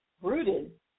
rooted